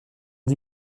dix